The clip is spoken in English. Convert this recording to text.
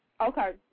Okay